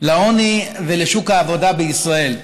לעוני ולשוק העבודה בישראל.